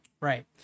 right